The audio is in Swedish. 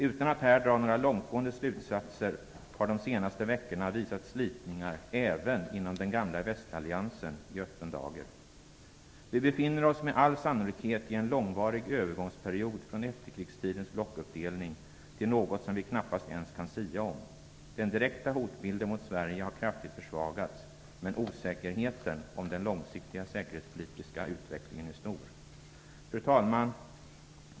Utan att här dra några långtgående slutsatser har de senaste veckorna ställt slitningar även inom den gamla västalliansen i öppen dager. Vi befinner oss med all sannolikhet i en långvarig övergångsperiod från efterkrigstidens blockuppdelning till något som vi knappast ens kan sia om. Den direkta hotbilden mot Sverige har kraftigt försvagats, men osäkerheten om den långsiktiga säkerhetspolitiska utvecklingen är stor. Fru talman!